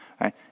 right